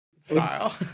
style